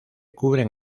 cubren